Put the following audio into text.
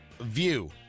view